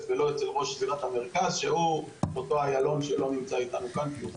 ולא אצל ראש זירת המרכז שהוא אותו איילון שלא נמצא איתנו כאן כי הוא חולה.